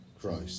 Christ